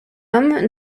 homme